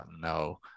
no